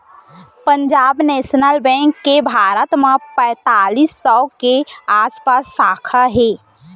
Punjab national bank के भारत म पैतालीस सौ के आसपास साखा हे